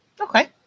Okay